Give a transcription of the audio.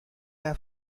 cada